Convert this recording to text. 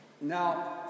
Now